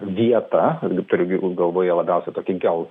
vietą irgi turiu galvoje labiausiai tokį gal